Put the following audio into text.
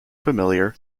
familiar